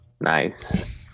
Nice